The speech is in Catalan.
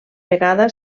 vegada